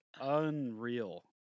unreal